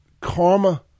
karma